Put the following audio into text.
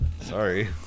sorry